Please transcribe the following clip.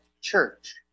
church